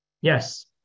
Yes